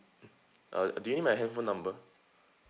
mm uh do you need my handphone number